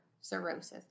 cirrhosis